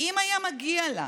אם היה מגיע לה,